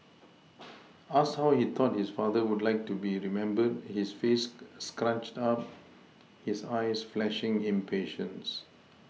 asked how he thought his father would like to be remembered his face scrunched up his eyes flashing impatience